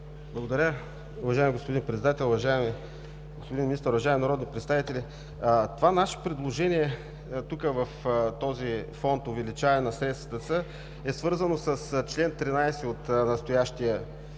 Благодаря. Уважаеми господин Председател, уважаеми господин Министър, уважаеми народни представители! Това наше предложение в този Фонд „Увеличаване на средствата“ е свързано с чл. 13 от настоящото